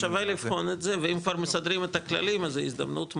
שווה לבחון את זה ואם כבר מסדרים את הכללים אז זה הזדמנות מעולה,